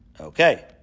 Okay